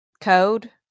code